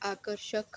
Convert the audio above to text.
आकर्षक